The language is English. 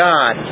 God